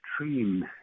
extreme